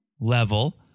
level